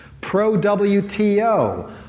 pro-WTO